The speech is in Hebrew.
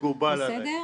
בסדר?